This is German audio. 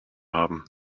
haben